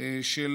של